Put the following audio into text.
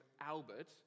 Albert